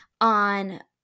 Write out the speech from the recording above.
on